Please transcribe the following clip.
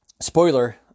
spoiler